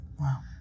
Wow